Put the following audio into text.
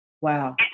Wow